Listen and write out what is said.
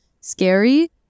scary